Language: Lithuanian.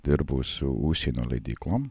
dirbu su užsienio leidyklom